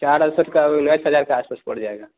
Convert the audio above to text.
चार अड़सठ का ऊ हज़ार के आसपास पड़ जाएगा